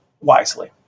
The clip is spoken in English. wisely